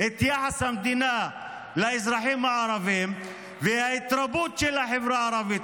את יחס המדינה לאזרחים הערבים וההתרבות של החברה הערבית,